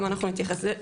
גם אנחנו נתייחס לזה,